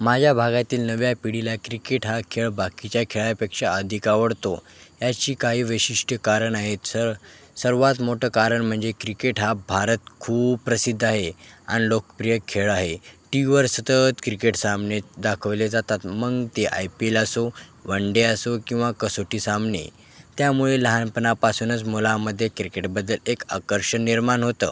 माझ्या भागातील नव्या पिढीला क्रिकेट हा खेळ बाकीच्या खेळापेक्षा अधिक आवडतो याची काही वैशिष्ट्य कारण आहेत सर सर्वात मोठं कारण म्हणजे क्रिकेट हा भारत खूप प्रसिद्ध आहे अन लोकप्रिय खेळ आहे टी ववर सतत क्रिकेट सामने दाखवले जातात मग ते आय पी एल असो वंडे असो किंवा कसोटी सामने त्यामुळे लहानपणापासूनच मुलामध्ये क्रिकेटबद्दल एक आकर्षण निर्माण होतं